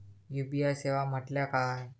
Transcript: UPI सेवा म्हटल्या काय?